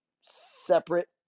Separate